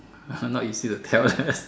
uh not easy to tell eh